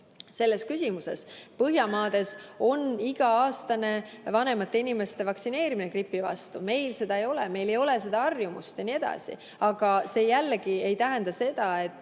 selles küsimuses. Põhjamaades on iga-aastane vanemate inimeste vaktsineerimine gripi vastu, meil seda ei ole, meil ei ole seda harjumust. Aga see jällegi ei tähenda seda, et